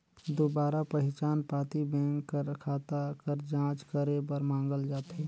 दुबारा पहिचान पाती बेंक कर खाता कर जांच करे बर मांगल जाथे